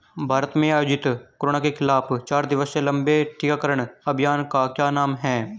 भारत में आयोजित कोरोना के खिलाफ चार दिवसीय लंबे टीकाकरण अभियान का क्या नाम है?